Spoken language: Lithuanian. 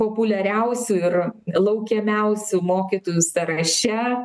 populiariausių ir laukiamiausių mokytojų sąraše